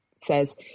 says